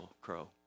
crow